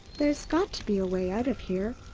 there's got to be a way out of here.